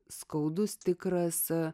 skaudus tik rasa